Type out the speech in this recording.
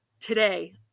today